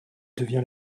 devient